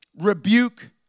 rebuke